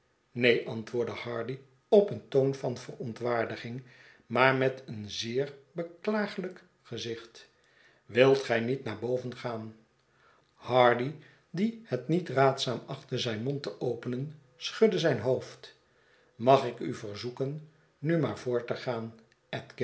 neen antwoordde hardy op een toon van verontwaardiging maar met een zeer beklaaglijk gezicht wilt gij niet naar boven gaan hardy die het niet raadzaam achtte zijn mond te openen schudde zijn hoofd mag ik u verzoeken nu maar voort te gaan